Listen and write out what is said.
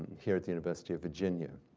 here at the university of virginia.